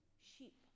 sheep